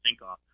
Sinkoff